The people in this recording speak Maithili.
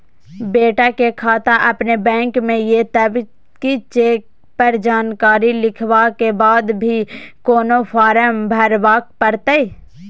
बेटा के खाता अपने बैंक में ये तब की चेक पर जानकारी लिखवा के बाद भी कोनो फारम भरबाक परतै?